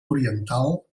oriental